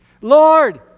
Lord